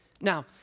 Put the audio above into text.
Now